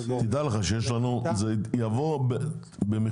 תדע לך שזה יבוא במחיר